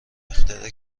اختراع